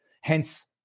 Hence